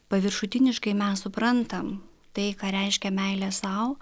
paviršutiniškai mes suprantam tai ką reiškia meilė sau